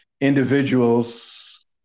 individuals